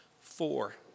Four